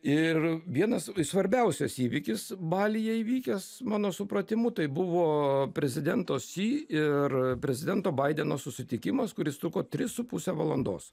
ir vienas svarbiausias įvykis balyje įvykęs mano supratimu tai buvo prezidento si ir prezidento baideno susitikimas kuris truko tris su puse valandos